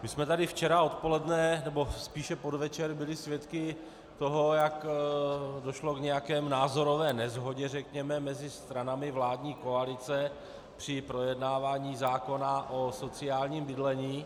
My jsme tedy včera odpoledne, nebo spíše v podvečer byli svědky toho, jak došlo k nějaké názorové neshodě mezi stranami vládní koalice při projednávání zákona o sociálním bydlení.